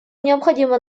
необходимо